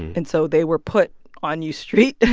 and so they were put on u street.